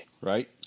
Right